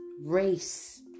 race